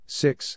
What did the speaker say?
six